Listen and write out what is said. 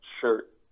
shirt